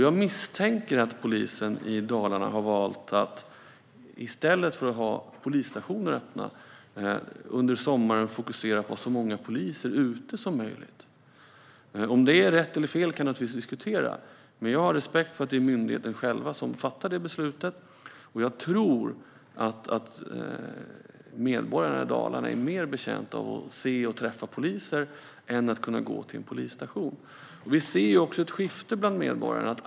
Jag misstänker att polisen i Dalarna har valt att fokusera på att ha så många poliser ute som möjligt i stället för att ha polisstationer öppna under sommaren. Om det är rätt eller fel kan man naturligtvis diskutera, men jag har respekt för att det är myndigheten själv som fattar det beslutet, och jag tror att medborgarna i Dalarna är mer betjänta av att se och träffa poliser än att kunna gå till en polisstation. Vi ser också ett skifte bland medborgarna.